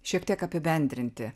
šiek tiek apibendrinti